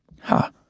Ha